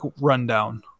rundown